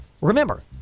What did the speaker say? remember